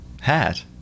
hat